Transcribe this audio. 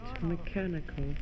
mechanical